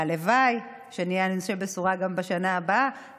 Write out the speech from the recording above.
והלוואי שנהיה אנשי בשורה גם בשנה הבאה